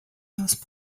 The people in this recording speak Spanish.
los